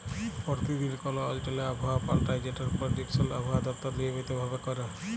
পরতিদিল কল অঞ্চলে আবহাওয়া পাল্টায় যেটর পেরডিকশল আবহাওয়া দপ্তর লিয়মিত ভাবে ক্যরে